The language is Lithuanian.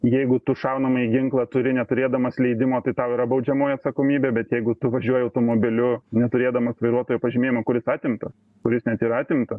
jeigu tu šaunamąjį ginklą turi neturėdamas leidimo tai tau yra baudžiamoji atsakomybė bet jeigu tu važiuoji automobiliu neturėdamas vairuotojo pažymėjimo kuris atimtas kuris net yra atimtas